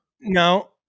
No